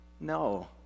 No